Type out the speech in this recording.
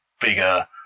bigger